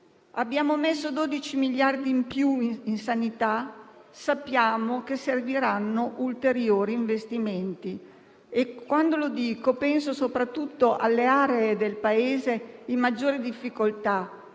abbiamo messo 12 miliardi aggiuntivi nella sanità, sappiamo che serviranno ulteriori investimenti. Penso soprattutto alle aree del Paese in maggiore difficoltà,